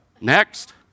Next